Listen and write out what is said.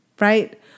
Right